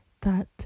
that-